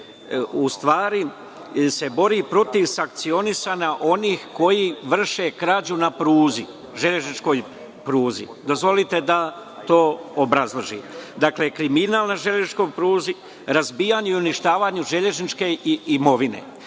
u stvari se bori protiv sankcionisanja onih koji vrše krađu na železničkoj pruzi. Dozvolite da to obrazložim. Dakle, kriminal na železničkoj pruzi, razbijanje i uništavanje železničke imovine. Vidite